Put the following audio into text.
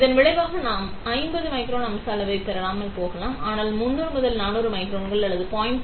இதன் விளைவாக நாம் 50 மைக்ரான் அம்ச அளவைப் பெறாமல் போகலாம் ஆனால் 300 400 மைக்ரான்கள் அல்லது 0